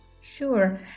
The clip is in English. Sure